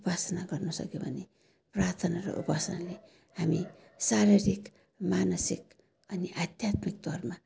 उपासना गर्न सक्यो भने प्रार्थना र उपासनाले हामी शाररिक मानशिक अनि अध्यात्मिक तौरमा